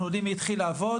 אנחנו יודעים מי התחיל לעבוד.